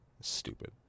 stupid